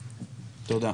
תודה.